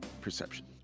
Perception